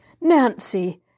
Nancy